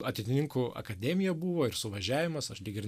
ateitininkų akademija buvo ir suvažiavimas aš lyg ir